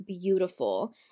beautiful